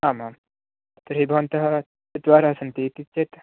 आम् आम् तर्हि भवन्तः चत्वार सन्ति इति चेत्